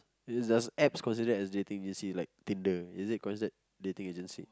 is does apps consider as dating agency like Tinder is it considered dating agency